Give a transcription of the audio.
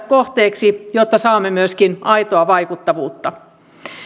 kohteeksi jotta saamme myöskin aitoa vaikuttavuutta